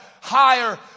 higher